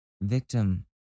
victim